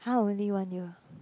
[huh] only one year